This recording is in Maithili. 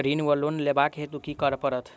ऋण वा लोन लेबाक हेतु की करऽ पड़त?